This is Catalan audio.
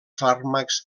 fàrmacs